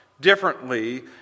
differently